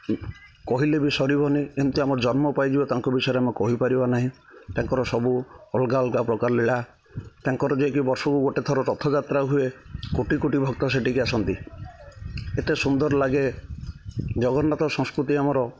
କହିଲେ ବି ସରିବନି ଏମିତି ଆମର ଜନ୍ମ ପାଇଯିବ ତାଙ୍କ ବିଷୟରେ ଆମେ କହିପାରିବା ନାହିଁ ତାଙ୍କର ସବୁ ଅଲଗା ଅଲଗା ପ୍ରକାର ଲୀଳା ତାଙ୍କର ଯିଏକି ବର୍ଷକୁ ଗୋଟେ ଥର ରଥଯାତ୍ରା ହୁଏ କୋଟି କୋଟି ଭକ୍ତ ସେଠିକି ଆସନ୍ତି ଏତେ ସୁନ୍ଦର ଲାଗେ ଜଗନ୍ନାଥ ସଂସ୍କୃତି ଆମର